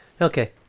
Okay